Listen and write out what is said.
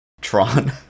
Tron